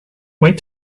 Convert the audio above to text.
wait